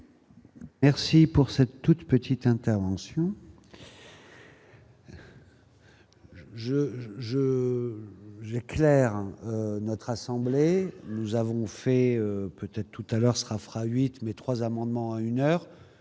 Merci pour cette toute petite intervention. Je je j'ai notre assemblée, nous avons fait peut-être tout à l'heure sera fera 8 mai 3 amendements une